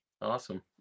Awesome